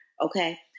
Okay